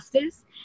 justice